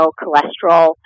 cholesterol